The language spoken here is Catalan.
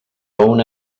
una